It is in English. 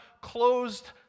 closed